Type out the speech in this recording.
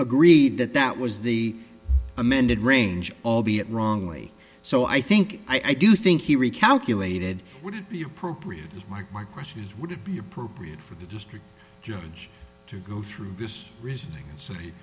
agreed that that was the amended range albeit wrongly so i think i do think he recalculated would be appropriate as mike my question is would it be appropriate for the district judge to go through this reasoning and say